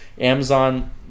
amazon